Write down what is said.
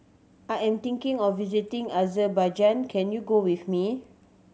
I am thinking of visiting Azerbaijan can you go with me